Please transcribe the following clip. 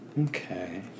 Okay